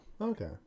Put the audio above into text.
okay